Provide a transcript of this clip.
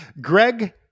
Greg